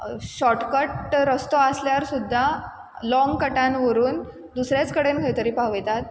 shortcut रस्तो आसल्यार सुद्दां लॉंग कटान व्हरून दुसरेच कडेन खंय तरी पावयतात